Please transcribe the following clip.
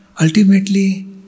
ultimately